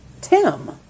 Tim